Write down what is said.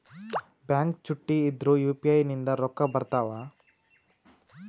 Bank ಚುಟ್ಟಿ ಇದ್ರೂ UPI ನಿಂದ ರೊಕ್ಕ ಬರ್ತಾವಾ?